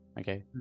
Okay